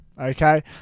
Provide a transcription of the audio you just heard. Okay